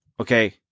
Okay